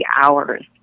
hours